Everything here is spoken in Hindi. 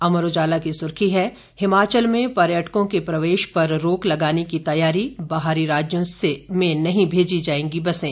अमर उजाला की सुर्खी है हिमाचल में पर्यटकों के प्रवेश पर रोक लगाने की तैयारी बाहरी राज्यों में नहीं भेजी जाएगी बसें